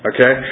Okay